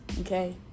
okay